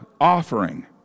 offering